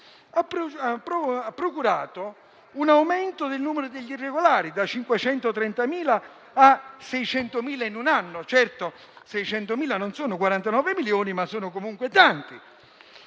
hanno procurato un aumento del numero degli irregolari, da 530.000 a 600.000 in un anno. Certamente 600.000 non sono 49 milioni, ma sono comunque tanti.